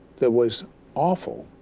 that was awful.